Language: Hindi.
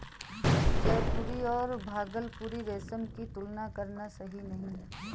जयपुरी और भागलपुरी रेशम की तुलना करना सही नही है